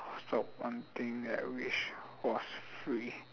what's the one thing that I wish was free